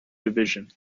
division